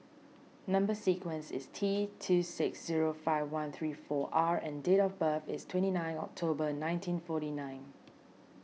Number Sequence is T two six zero five one three four R and date of birth is twenty nine October nineteen forty nine